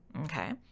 okay